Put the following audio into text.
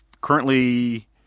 currently